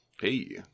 Hey